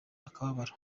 akababaro